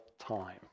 time